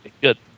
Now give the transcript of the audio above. Good